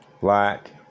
black